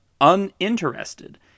uninterested